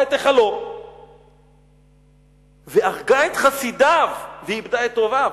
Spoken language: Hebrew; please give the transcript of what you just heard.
את היכלו והרגה את חסידיו ואיבדה את אוהביו,